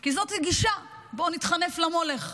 כי זאת גישה: בואו נתחנף למולך.